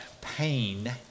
pain